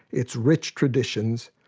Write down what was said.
its rich traditions,